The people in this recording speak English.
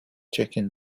chicken